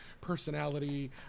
personality